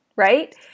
Right